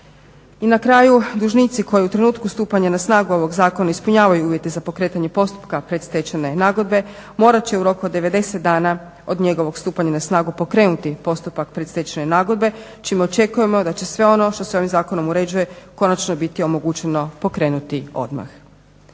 I na kraju dužnici koji u trenutku stupanja na snagu ovog zakona ispunjavaju uvjete za pokretanje postupka predstečajne nagodbe morat će u roku od 90 dana od njegovog stupanja na snagu pokrenuti postupak predstečajne nagodbe čime očekujemo da će sve ono što se ovim zakonom uređuje konačno biti omogućeno pokrenuto odmah.